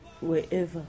wherever